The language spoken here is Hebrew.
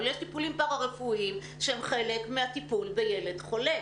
אבל יש טיפולים שהם פרא רפואיים שהם חלק מהטיפול בילד חולה.